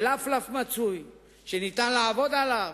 ב"לפלף" מצוי שאפשר לעבוד עליו,